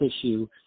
issue